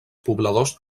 pobladors